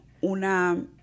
una